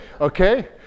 Okay